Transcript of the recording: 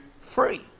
free